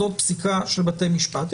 זו פסיקה של בתי המשפט.